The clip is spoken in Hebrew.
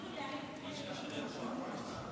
נענה ממש בקצרה.